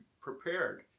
prepared